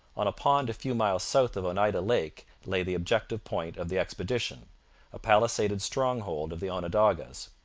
on a pond a few miles south of oneida lake lay the objective point of the expedition a palisaded stronghold of the onondagas.